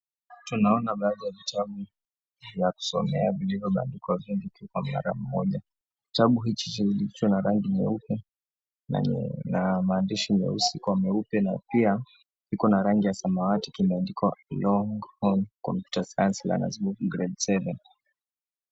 Tunaona baadhi ya vitabu ya kusomea vilivyobandikwa vitu kwa mnara mmoja. Kitabu hiki kilicho na rangi nyeupe na ina mahandishi meusi kwa mweupe na pia Iko na rangi ya samawati kimeandikwa, Longhorn Computer Science Learners Book Grade 7